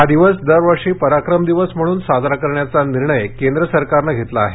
हा दिवस दरवर्षी पराक्रम दिवस म्हणून साजरा करण्याचा निर्णय केंद्र सरकारनं घेतला आहे